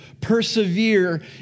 persevere